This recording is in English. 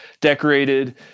decorated